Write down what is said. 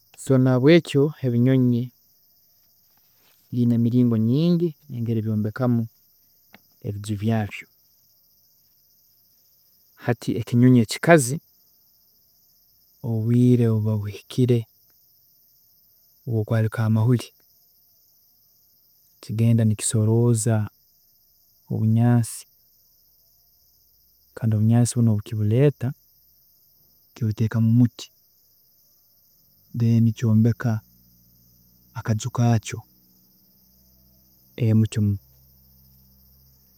﻿So nahbwekyo ebinyonyi biine emiringo nyingi engeri byombekamu ebiju byaabyo. Hati ekinyonyi ekikazi obwiire obu buba buhikire obwokwaarika amahuri, kigenda nikisorooza obunyansi kandi obunyaansi bunu kibureeta kibuteeka mumuti, then kyombeka akaju kaakyo.